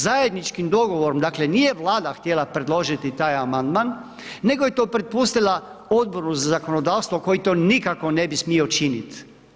Zajedničkim dogovorom, dakle, nije vlada htjela predložiti taj amandman, nego je to prepustili Odbora za zakonodavstvo koji to nikako ne bi smio činiti.